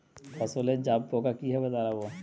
ফসলে জাবপোকা কিভাবে তাড়াব?